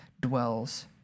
dwells